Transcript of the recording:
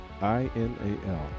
I-N-A-L